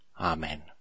Amen